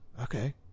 Okay